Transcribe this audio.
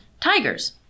tigers